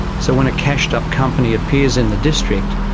so when a cashed up company appears in the district,